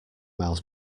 miles